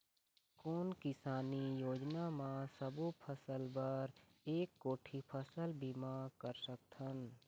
कोन किसानी योजना म सबों फ़सल बर एक कोठी फ़सल बीमा कर सकथन?